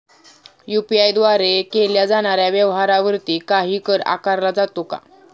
UPI द्वारे केल्या जाणाऱ्या व्यवहारावरती काही कर आकारला जातो का?